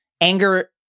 anger